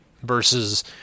versus